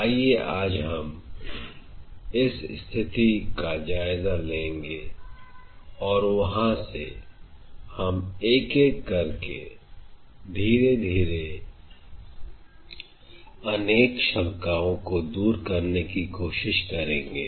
आइए आज हम इस स्थिति का जायजा लेंगे और वहां से हम एक एक करके धीरे धीरे अनेक शंकाओं को दूर करने की कोशिश करेंगे